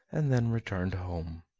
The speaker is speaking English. and then returned home.